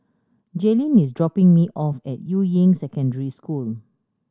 Jailyn is dropping me off at Yuying Secondary School